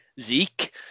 Zeke